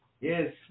Yes